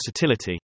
versatility